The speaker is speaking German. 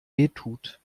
wehtut